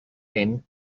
tent